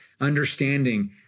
Understanding